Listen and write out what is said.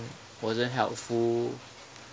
wasn't helpful